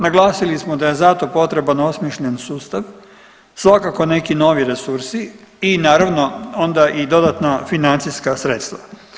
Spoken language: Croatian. Naglasili smo da je za to potreban osmišljen sustav, svakako neki novi resursi i naravno onda i dodatna financijska sredstva.